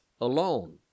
alone